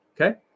Okay